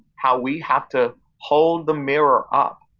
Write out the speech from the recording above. how we have to hold the mirror up.